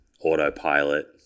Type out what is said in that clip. autopilot